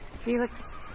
Felix